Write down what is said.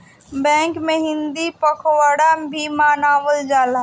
bank में हिंदी पखवाड़ा भी मनावल जाला